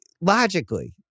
logically